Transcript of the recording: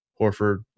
Horford